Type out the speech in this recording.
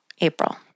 April